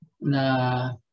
na